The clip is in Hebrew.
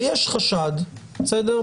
ויש חשד, בסדר?